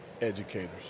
educators